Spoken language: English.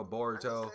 Boruto